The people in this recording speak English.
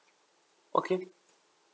okay